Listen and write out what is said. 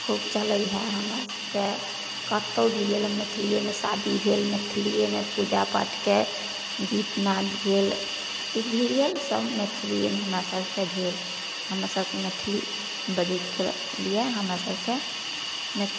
खूब चलै हइ हमरासभके कतहु भी गेलहुँ मैथलिएमे शादी भेल मैथिलिएमे पूजापाठके गीतनाद भेल किछु भी भेल सब मैथिलिएमे हमरासभके भेल हमरासभ मैथिली बजैके लिए हमरासभकेँ मै